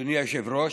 אדוני היושב-ראש,